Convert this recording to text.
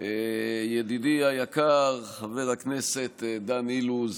ידידי היקר חבר הכנסת דן אילוז,